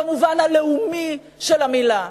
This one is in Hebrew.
במובן הלאומי של המלה?